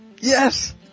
Yes